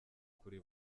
kuri